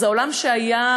אז העולם שהיה,